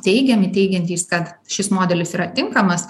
teigiami teigiantys kad šis modelis yra tinkamas